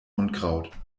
unkraut